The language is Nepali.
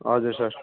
हजुर सर